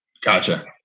Gotcha